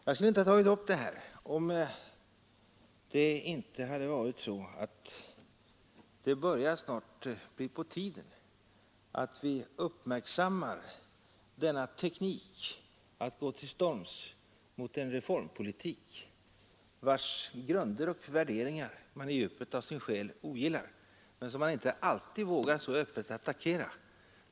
Jag skulle inte ha tagit upp detta, om det inte hade varit så att det snart börjar bli på tiden att vi uppmärksammar denna teknik att gå till storms mot en reformpolitik vars grunder och värderingar man i djupet av sin själ ogillar men som man inte alltid vågar så öppet attackera.